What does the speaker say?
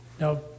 now